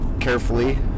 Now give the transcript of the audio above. carefully